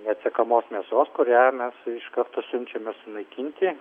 neatsekamos mėsos kurią mes iš karto siunčiame sunaikinti